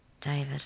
David